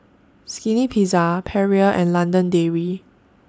Skinny Pizza Perrier and London Dairy